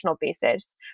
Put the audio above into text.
basis